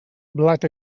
blat